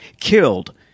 killed